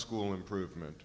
school improvement